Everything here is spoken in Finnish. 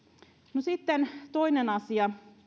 no sitten toinen asia